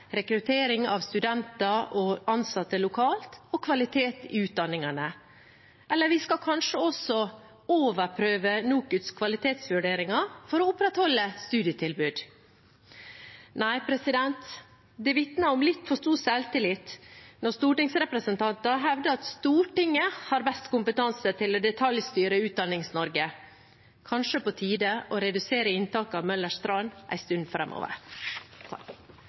rekruttering av studenter og ansatte lokalt og kvalitet i utdanningene? Skal vi kanskje også overprøve NOKUTs kvalitetsvurderinger for å opprettholde studietilbud? Nei, det vitner om litt for stor selvtillit når stortingsrepresentanter hevder at Stortinget har best kompetanse til å detaljstyre Utdannings-Norge. Det er kanskje på tide å redusere inntaket av Möller’s Tran en stund